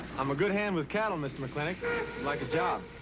i'm a good hand with cattle, mr. mclintock. i'd like a job.